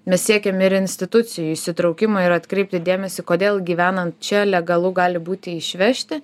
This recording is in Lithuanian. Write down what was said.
mes siekiam ir institucijų įsitraukimo ir atkreipti dėmesį kodėl gyvenant čia legalu gali būti išvežti